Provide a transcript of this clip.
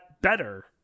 better